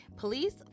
Police